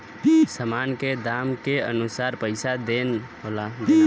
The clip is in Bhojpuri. सामान के दाम के अनुसार पइसा देना होला